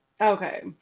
Okay